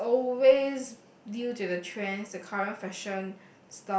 it's always due to the trends the current fashion